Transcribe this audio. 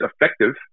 effective